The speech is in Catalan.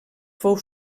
fou